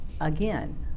again